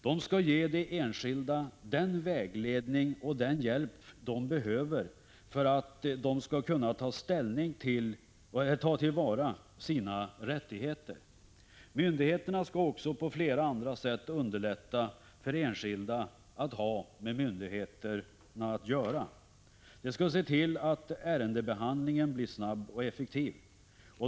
De skall ge de enskilda den vägledning och den hjälp de behöver för att de skall kunna ta till vara sina rättigheter. Myndigheterna skall också på flera andra sätt underlätta för enskilda att ha med myndigheterna att göra. De skall se till att ärendebehandlingen blir snabb och effektiv.